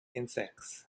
insects